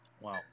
Wow